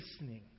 listening